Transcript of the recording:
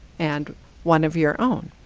and one of your own,